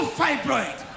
fibroid